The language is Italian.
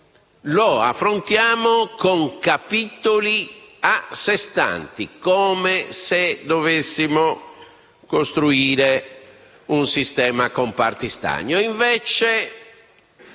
capisaldi - con capitoli a se stanti, come se dovessimo costruire un sistema con parti stagne.